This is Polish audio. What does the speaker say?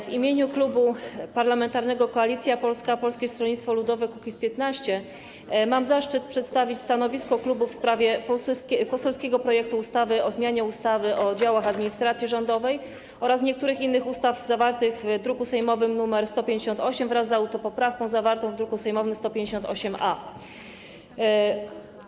W imieniu Klubu Parlamentarnego Koalicja Polska - Polskie Stronnictwo Ludowe - Kukiz15 mam zaszczyt przedstawić stanowisko w sprawie poselskiego projektu ustawy o zmianie ustawy o działach administracji rządowej oraz niektórych innych ustaw, zawartego w druku sejmowym nr 158, wraz z autopoprawką, zawartą w druku sejmowym nr 158-A.